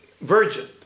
virgin